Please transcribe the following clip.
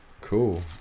Cool